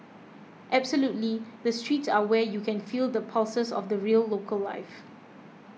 absolutely the streets are where you can feel the pulses of the real local life